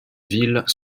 villes